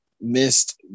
missed